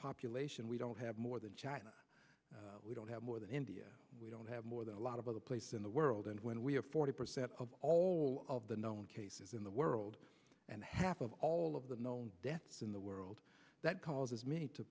population we don't have more than china we don't have more than india i have more than a lot of other place in the world and when we have forty percent of all of the known cases in the world and half of all of the known deaths in the world that causes me to